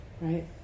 Right